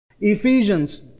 Ephesians